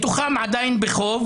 מתוכם עדיין בחוב